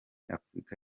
afurika